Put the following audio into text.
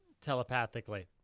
Telepathically